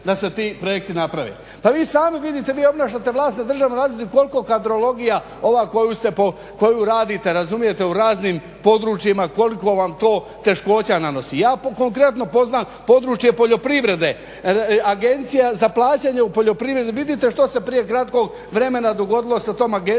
da se ti projekti naprave. Pa vi sami vidite, vi obnašate vlast na državnoj razini koliko kadrologija ova koju ste, koju radite razumijete u raznim područjima, koliko vam to teškoća nanosi. Jako konkretno poznam područje poljoprivrede, agencija za plaćanje u poljoprivredi, vidite što se prije kratkog vremena dogodilo sa tom agencijom,